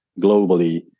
globally